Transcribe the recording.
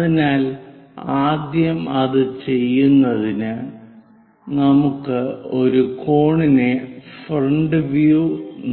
അതിനാൽ ആദ്യം അത് ചെയ്യുന്നതിന് നമുക്ക് ഒരു കോണിന്റെ ഫ്രണ്ട് വ്യൂ